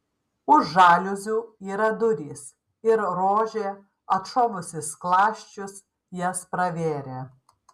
už žaliuzių yra durys ir rožė atšovusi skląsčius jas pravėrė